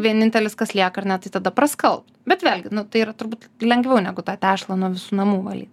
vienintelis kas lieka ar ne tai tada praskalbt bet vėlgi nu tai yra turbūt lengviau negu tą tešlą nuo visų namų valyt